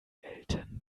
eltern